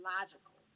Logical